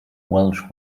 walsh